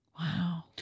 Wow